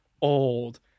old